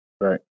Right